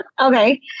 okay